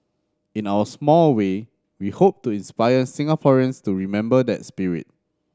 in our small way we hope to inspire Singaporeans to remember that spirit